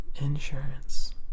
insurance